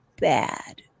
bad